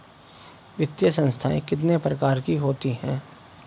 वित्तीय संस्थाएं कितने प्रकार की होती हैं?